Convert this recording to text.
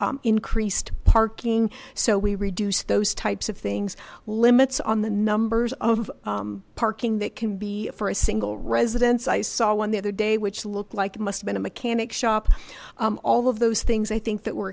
t increased parking so we reduce those types of things limits on the numbers of parking that can be for a single residence i saw one the other day which looked like must been a mechanic shop all of those things i think that we're